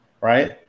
right